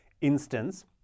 instance